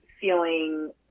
feeling